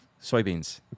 soybeans